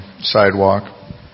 sidewalk